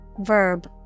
verb